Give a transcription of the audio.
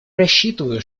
рассчитываю